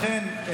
אכן,